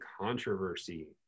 controversy